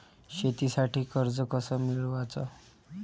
शेतीसाठी कर्ज कस मिळवाच?